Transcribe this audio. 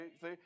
see